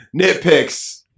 nitpicks